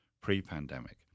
pre-pandemic